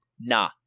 nah